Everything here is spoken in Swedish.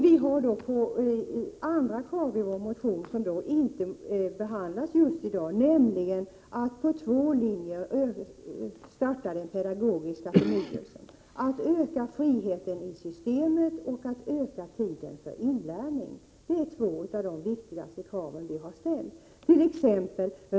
Vi har andra krav i vår motion som inte behandlas just i dag. Vi vill på två linjer starta den pedagogiska förnyelsen, öka friheten i systemet och öka tiden för inlärning. Det är de viktigaste kraven vi har ställt. Andra krav ärt.ex.